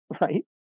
right